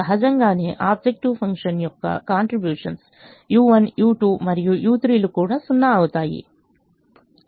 సహజంగానే objective function యొక్క contribution u1u2మరియు u3 లు కూడా 0 అవుతాయి